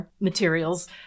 materials